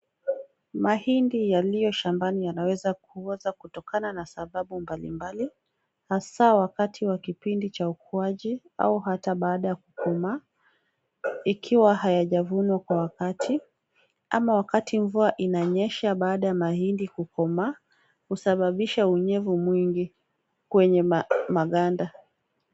Mahindi yaliyo shanbani yanaweza kuoza kutokana na sababu mbalimbali, hasaa wakati wa kipindi cha ukuaji au hata baada ya kukomaa ikiwa hayajavunwa kwa wakati, ama wakati mvua inanyesha baada ya mahindi kukomaa, husababisha unyevu mwingi kwenye maganda.